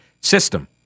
system